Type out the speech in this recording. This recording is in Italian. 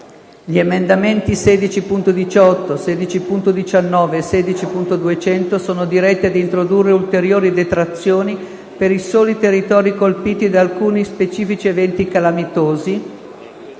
gli emendamenti 16.18, 16.19 e 16.200 sono diretti ad introdurre ulteriori detrazioni per i soli territori colpiti da alcuni specifici eventi calamitosi,